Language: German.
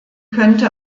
könnte